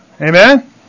Amen